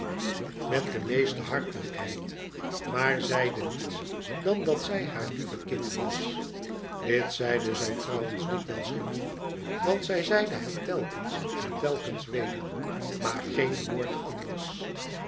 met de meeste hartelijkheid maar zeide niets dan dat zij haar lieve kind was dit zeide zij trouwens dikwijls genoeg want zij zeide het telkens en telkens weder maar geen woord anders